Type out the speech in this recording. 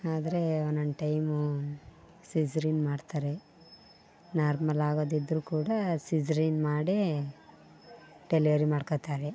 ಆದರೆ ಒಂದೊಂದು time cesarean ಮಾಡ್ತಾರೆ ನಾರ್ಮಲ್ ಆಗೋದಿದ್ರು ಕೂಡ ಸಿಜ಼ರಿನ್ ಮಾಡಿ ಡೆಲಿವರಿ ಮಾಡ್ಕೋತಾರೆ